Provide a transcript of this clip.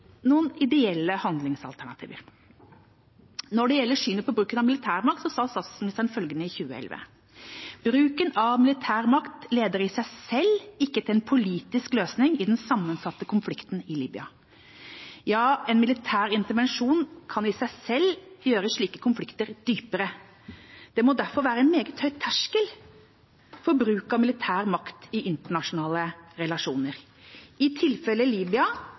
noen ideelle handlingsalternativer. Når det gjelder synet på bruken av militærmakt, sa statsministeren følgende i 2011: «Bruken av militær makt leder i seg selv ikke til en politisk løsning på de sammensatte konfliktene i Libya. Ja, en militær intervensjon kan i seg selv gjøre slike konflikter dypere. Det må derfor være en meget høy terskel for bruk av militær makt i internasjonale relasjoner. I tilfellet Libya